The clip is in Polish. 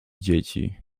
dzieci